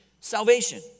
salvation